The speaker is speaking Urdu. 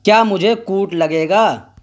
کیا مجھے کوٹ لگے گا